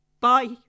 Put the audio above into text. Bye